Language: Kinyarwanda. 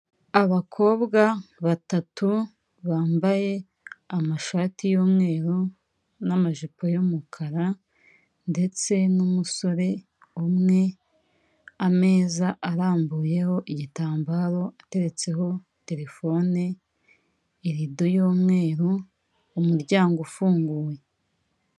Abakobwa batatu bambaye amashati y'mweru n'amajipo y'umukara, ndetse n'umusore umwe, ameza arambuyeho igitambaro ateretseho telefone, irido y'umweru, umuryango ufunguye.